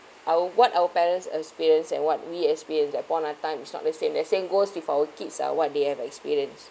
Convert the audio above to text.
our what our parents experienced and what we experienced that point of time is not the same the same goes with our kids ah what they have experience